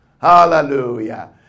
Hallelujah